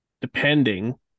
Depending